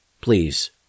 please